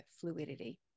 fluidity